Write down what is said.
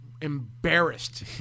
embarrassed